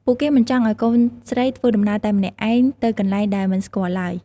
ពួកគេមិនចង់ឱ្យកូនស្រីធ្វើដំណើរតែម្នាក់ឯងទៅកន្លែងដែលមិនស្គាល់ឡើយ។